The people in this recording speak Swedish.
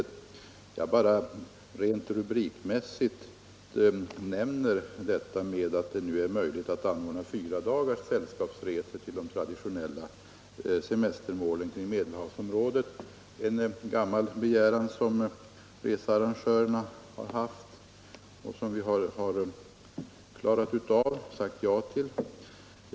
Jag nämner här bara rent rubrikmässigt att det nu är möjligt att anordna fyradagars sällskapsresor till de traditionella semestermålen vid Medelhavet. Det är en gammal begäran från researrangörhåll som vi ju har sagt ja till.